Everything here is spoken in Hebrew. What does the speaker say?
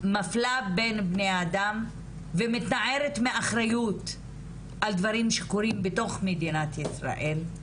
שמפלה בין בני אדם ומתנערת מאחריות על דברים שקורים בתוך מדינת ישראל.